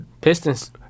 Pistons